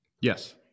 Yes